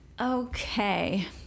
okay